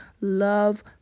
love